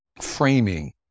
framing